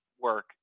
work